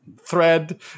thread